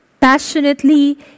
passionately